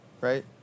right